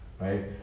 Right